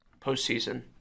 postseason